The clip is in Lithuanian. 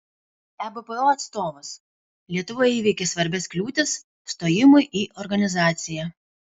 ebpo atstovas lietuva įveikė svarbias kliūtis stojimui į organizaciją